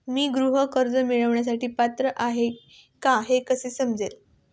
मी गृह कर्ज मिळवण्यासाठी पात्र आहे का हे कसे समजेल?